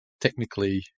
technically